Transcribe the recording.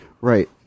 Right